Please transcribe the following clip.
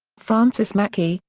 francis mackey,